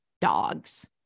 dogs